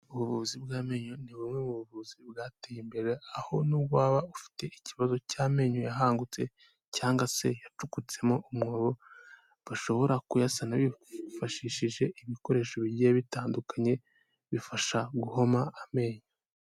Ubuvuzi bw'amenyo ni bumwe muvuzi bwateye imbere, aho nubwo waba ufite ikibazo cy'amenyo yahangutse cyangwa se yacukutsemo umwobo, bashobora kuyasana bifashishije ibikoresho bigiye bitandukanye bifasha guhoma amenyo.